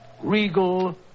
regal